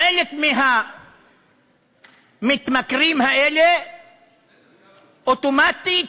חלק מהמתמכרים האלה אוטומטית